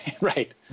right